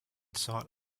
sought